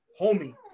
homie